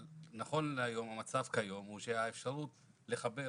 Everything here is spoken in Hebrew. אבל נכון להיום המצב כיום הוא שהאפשרות לחבר